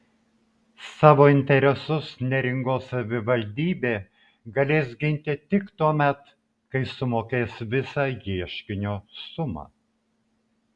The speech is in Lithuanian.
savo interesus neringos savivaldybė galės ginti tik tuomet kai sumokės visą ieškinio sumą